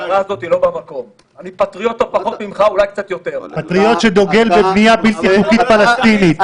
ותומכים בבנייה בלתי חוקית פלסטינית,